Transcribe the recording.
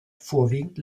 vorwiegend